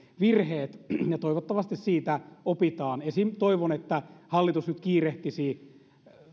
virheet ja toivottavasti siitä opitaan esim toivon että hallitus nyt kiirehtisi